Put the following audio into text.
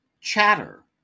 Chatter